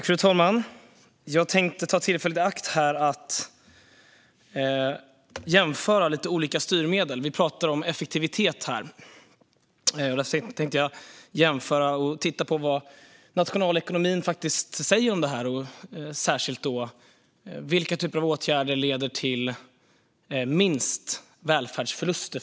Fru talman! Jag tänkte ta tillfället i akt och jämföra lite olika styrmedel. Vi talar om effektivitet, och därför tänkte jag redogöra för vilka åtgärder som enligt nationalekonomin leder till minst välfärdsförlust.